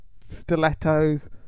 stilettos